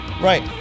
Right